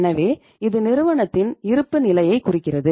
எனவே இது நிறுவனத்தின் இருப்பு நிலையைக் குறிக்கிறது